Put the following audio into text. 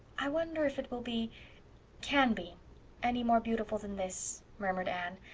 i wonder if it will be can be any more beautiful than this, murmured anne,